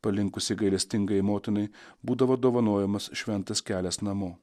palinkusiai gailestingajai motinai būdavo dovanojamas šventas kelias namo